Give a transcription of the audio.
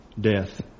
death